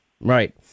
Right